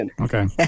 Okay